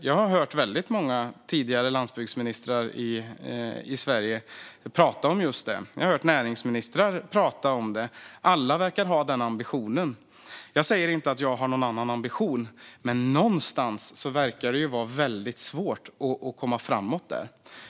Jag har hört många tidigare landsbygdsministrar i Sverige prata om just det, och jag har hört näringsministrar prata om det. Alla verkar ha den ambitionen. Jag säger inte att jag har en annan ambition. Men det verkar vara väldigt svårt att komma framåt där.